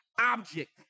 object